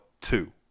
two